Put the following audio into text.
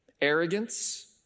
Arrogance